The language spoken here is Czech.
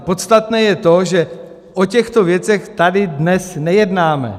Podstatné je to, že o těchto věcech tady dnes nejednáme.